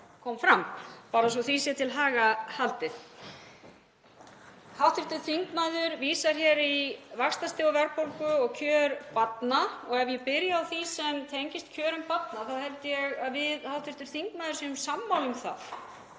kom fram, bara svo því sé til haga haldið. Hv. þingmaður vísar hér í vaxtastig og verðbólgu og kjör barna og ef ég byrja á því sem tengist kjörum barna þá held ég að við hv. þingmaður séum sammála um að